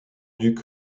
duc